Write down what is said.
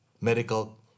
Medical